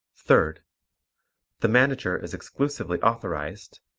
third the manager is exclusively authorized,